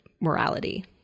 morality